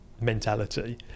mentality